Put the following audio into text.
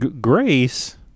Grace